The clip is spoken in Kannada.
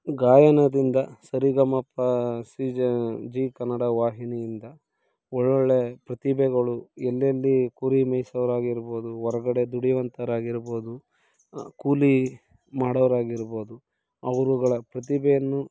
ಗಾಯನದಿಂದ ಸರಿಗಮಪ ಸೀಜನ್ ಜೀ ಕನ್ನಡ ವಾಹಿನಿಯಿಂದ ಒಳ್ಳೊಳ್ಳೆ ಪ್ರತಿಭೆಗಳು ಎಲ್ಲೆಲ್ಲಿ ಕುರಿ ಮೇಯಿಸೋರಾಗಿರ್ಬೋದು ಹೊರಗಡೆ ದುಡಿಯುವಂಥವ್ರಾಗಿರ್ಬೋದು ಕೂಲಿ ಮಾಡೋರಾಗಿರ್ಬೋದು ಅವರುಗಳ ಪ್ರತಿಭೆಯನ್ನು